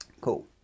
cool